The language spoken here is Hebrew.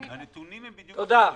הנתונים בדיוק הפוכים.